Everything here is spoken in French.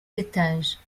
étages